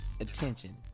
attention